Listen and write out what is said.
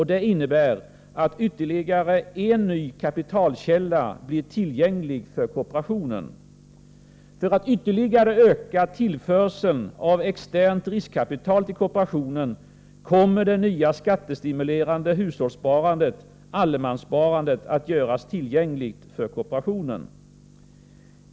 Det innebär att ytterligare en ny kapitalkälla blir tillgänglig för kooperationen. 153 För att ytterligare öka tillförseln av externt riskkapital till kooperationen kommer det nya skattestimulerade hushållssparandet, allemanssparandet, att göras tillgängligt för kooperationen.